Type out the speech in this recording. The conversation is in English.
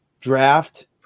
draft